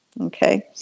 okay